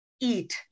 eat